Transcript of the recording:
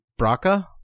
Braca